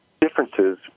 differences